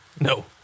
No